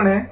આમ